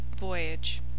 Voyage